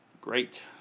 Great